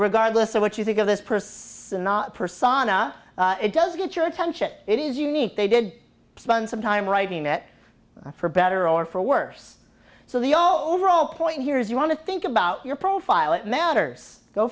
regardless of what you think of this pursuit not personify it does get your attention it is unique they did spend some time writing it for better or for worse so the all overall point here is you want to think about your profile it matters go